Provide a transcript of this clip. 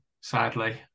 Sadly